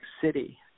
City